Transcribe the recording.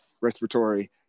respiratory